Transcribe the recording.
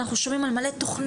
אנחנו שומעים על מלא תכניות,